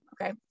Okay